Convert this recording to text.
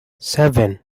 seven